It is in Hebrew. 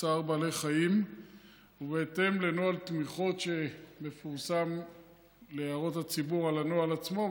צער בעלי חיים ובהתאם לנוהל שמפורסם להערות הציבור על הנוהל עצמו,